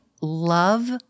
love